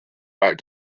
back